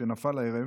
שנפל הערב